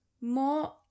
more